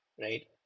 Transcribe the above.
right